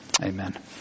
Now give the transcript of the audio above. amen